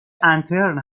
انترن